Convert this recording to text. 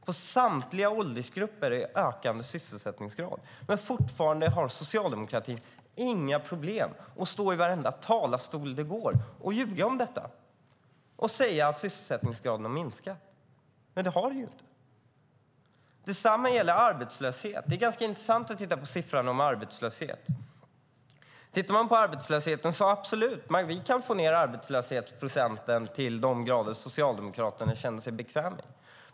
För samtliga åldersgrupper är det samma eller ökande sysselsättningsgrad, men fortfarande har socialdemokratin inga problem med att stå i varenda talarstol och ljuga om detta och säga att sysselsättningsgraden har minskat. Det har den inte. Detsamma gäller arbetslöshet. Det är ganska intressant att titta på siffran för arbetslöshet. Vi kan få ned arbetslöshetsprocenten till de grader som Socialdemokraterna känner sig bekväma med.